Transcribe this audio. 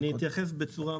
אני אתייחס בצורה מאוד קצרה.